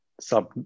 sub